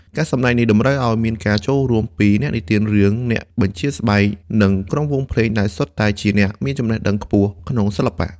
ការសម្ដែងនេះតម្រូវឱ្យមានការចូលរួមពីអ្នកនិទានរឿង អ្នកបញ្ជាស្បែក និងក្រុមវង់ភ្លេងដែលសុទ្ធតែជាអ្នកមានចំណេះដឹងខ្ពស់ក្នុងសិល្បៈ។